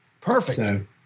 Perfect